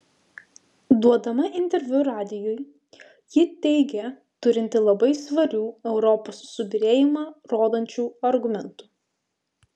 duodama interviu radijui ji teigė turinti labai svarių europos subyrėjimą rodančių argumentų